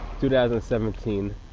2017